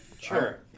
Sure